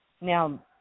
Now